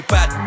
Bad